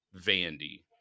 vandy